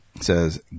says